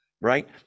right